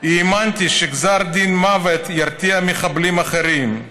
"האמנתי שגזר דין מוות ירתיע מחבלים אחרים.